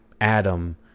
Adam